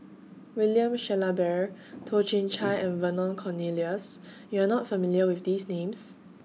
William Shellabear Toh Chin Chye and Vernon Cornelius YOU Are not familiar with These Names